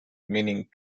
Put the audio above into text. meaning